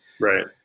Right